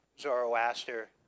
Zoroaster